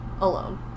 alone